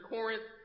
Corinth